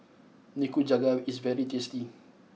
Nikujaga is very tasty